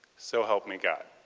so help me god.